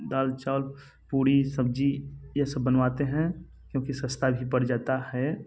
दाल चावल पूरी सब्ज़ी ये सब बनवाते हैं क्योंकि सस्ता भी पड़ जाता है